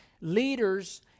leaders